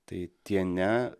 tai tie ne